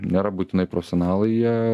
nėra būtinai profesionalai jie